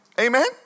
Amen